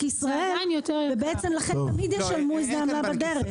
ישראל ובעצם לכן תמיד ישלמו איזה עמלה בדרך.